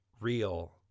real